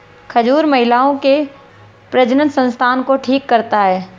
खजूर महिलाओं के प्रजननसंस्थान को ठीक करता है